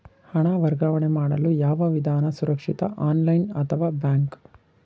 ಹಣ ವರ್ಗಾವಣೆ ಮಾಡಲು ಯಾವ ವಿಧಾನ ಸುರಕ್ಷಿತ ಆನ್ಲೈನ್ ಅಥವಾ ಬ್ಯಾಂಕ್?